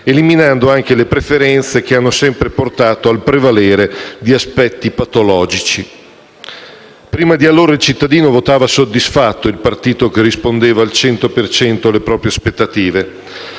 eliminando anche le preferenze che hanno sempre portato al prevalere di aspetti patologici. Prima di allora il cittadino votava soddisfatto il partito che rispondeva al 100 per cento alle proprie aspettative,